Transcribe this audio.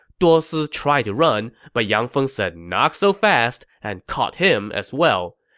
duosi tried to run, but yang feng said not so fast and caught him as well.